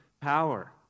power